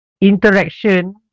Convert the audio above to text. interaction